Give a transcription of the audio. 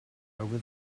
over